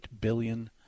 billion